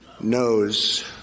knows